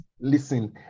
listen